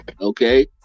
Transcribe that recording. okay